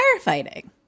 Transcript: firefighting